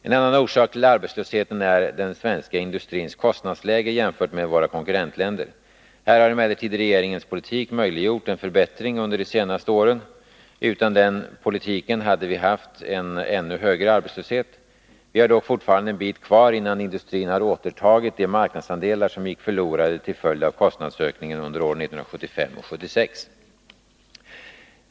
En annan orsak till arbetslösheten är den svenska industrins kostnadsläge jämfört med våra konkurrentländers. Här har emellertid regeringens politik möjliggjort en förbättring under de senaste åren. Utan den politiken hade vi haft en ännu högre arbetslöshet. Vi har dock fortfarande en bit kvar innan industrin har återtagit de marknadsandelar som gick förlorade till följd av kostnadsökningen under åren 1975 och 1976.